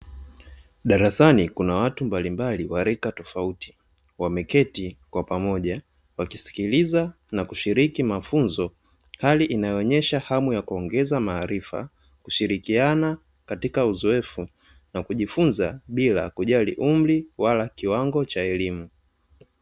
Darasani kuna watu mbalimbali warika tofauti, wameketi kwa pamoja wakisikiliza na kushiriki mafunzo, hali inayoonyesha hamu ya kuongeza maarifa kushirikiana katika uzoefu na kujifunza bila kujali umri wala kiwango cha elimu.